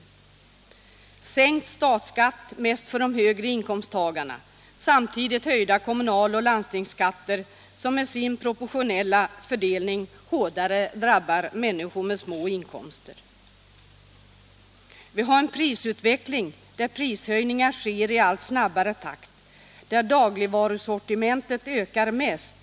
Man sänker statsskatten, mest för de högre inkomsttagarna, och samtidigt höjer man kommunaloch landstingsskatterna, som med sin proportionella fördelning hårdare drabbar människor med små inkomster. Nr 133 Vi har en prisutveckling där prishöjningar sker i allt snabbare tempo Tisdagen den och där priserna på dagligvarusortimentet ökar mest.